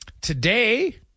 today